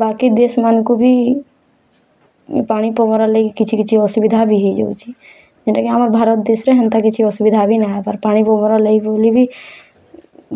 ବାକି ଦେଶ୍ମାନଙ୍କୁ ବି ପାଣିପାଗ ଲାଗି କିଛି କିଛି ଅସୁବିଧା ବି ହୋଇଯାଉଛି ଯେନ୍ଟା କି ଆମ ଭାରତ୍ ଦେଶ୍ରେ ହେନ୍ତା କିଛି ଅସୁବିଧା ବି ନ ହବାର ପାଣିପାଗର ହେଲେ ବି